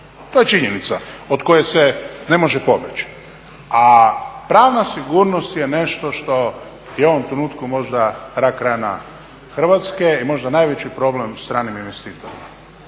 To je činjenica od koje se ne može pobjeći. A pravna sigurnost je nešto što je u ovom trenutku možda rak rana Hrvatske i možda najveći problem stranim investitorima.